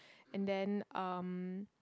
and then um